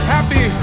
Happy